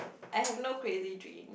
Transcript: I have no crazy dream